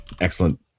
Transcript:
excellent